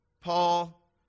Paul